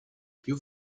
più